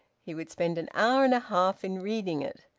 he would spend an hour and a half in reading it.